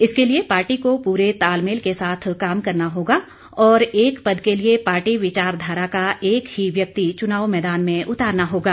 इसके लिए पार्टी को पूरे तालमेल के साथ काम करना होगा और एक पद के लिए पार्टी विचारधारा का एक ही व्यक्ति चुनाव मैदान में उतारना होगा